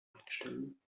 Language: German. einstellen